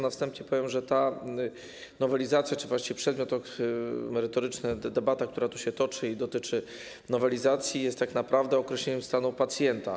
Na wstępie powiem, że ta nowelizacja czy właściwie przedmiot merytoryczny debaty, która się tu toczy i dotyczy nowelizacji, jest tak naprawdę określeniem stanu pacjenta.